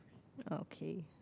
okay